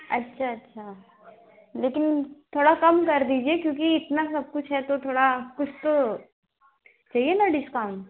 अच्छा अच्छा लेकिन थोड़ा कम कर दीजिए क्यूँकि इतना सब कुछ है तो थोड़ा कुछ तो चाहिए ना डिस्काउंट